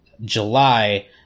July